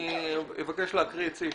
אני אבקש להקריא את סעיף